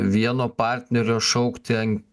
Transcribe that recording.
vieno partnerio šaukti an